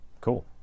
Cool